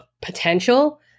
potential